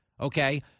Okay